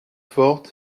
fort